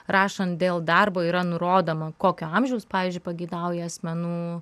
rašant dėl darbo yra nurodoma kokio amžiaus pavyzdžiui pageidauja asmenų